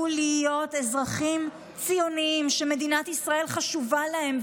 להיות אזרחים ציונים שמדינת ישראל חשובה להם,